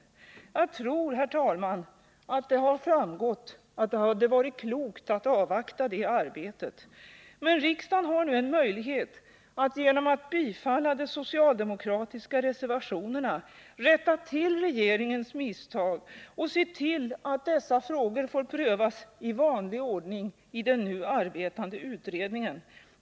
Jag tror, herr talman, att det har framgått att det hade varit klokt att avvakta det arbetet. Men riksdagen har nu en möjlighet att genom att bifalla de socialdemokratiska reservationerna rätta till regeringens misstag och se till att dessa frågor får prövas i vanlig ordning i den nu arbetande utredningen.